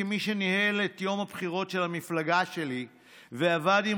כמי שניהל את יום הבחירות של המפלגה שלי ועבד עם